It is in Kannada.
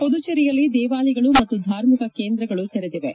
ಪುದುಚೇರಿಯಲ್ಲಿ ದೇವಾಲಯಗಳು ಮತ್ತು ಧಾರ್ಮಿಕ ಕೇಂದ್ರಗಳು ತೆರೆದಿವೆ